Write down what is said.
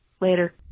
Later